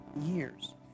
years